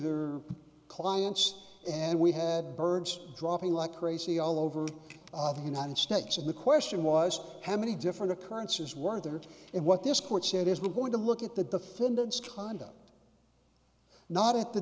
their clients and we had birds dropping like crazy all over the united states and the question was how many different occurrences were there and what this court said is we're going to look at the defendants conda not at the